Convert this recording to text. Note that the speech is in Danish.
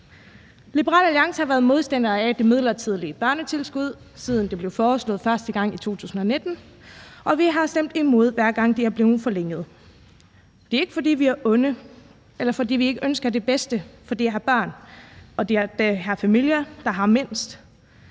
Liberal Alliance har været modstandere af det midlertidige børnetilskud, siden det blev foreslået første gang i 2019, og vi har stemt imod, hver gang det er blevet forlænget. Det er ikke, fordi vi er onde, eller fordi vi ikke ønsker det bedste for de her børn og de familier, der har mindst,